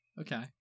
Okay